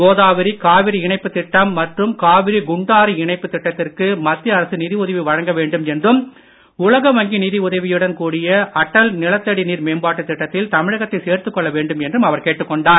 கோதாவரி காவிரி இணைப்பு திட்டம் மற்றும் காவிரி குண்டாறு இணைப்பு திட்டத்திற்கு மத்திய அரசு நிதி உதவி வழங்க வேண்டும் என்றும் உலக வங்கி நிதி உதவியுடன் கூடிய அட்டல் நிலத்தடி நீர் மேம்பாட்டு திட்டத்தில் தமிழகத்தை சேர்த்துக் கொள்ள வேண்டும் என்றும் அவர் கேட்டுக் கொண்டார்